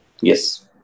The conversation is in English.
Yes